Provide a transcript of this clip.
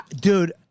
dude